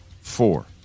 four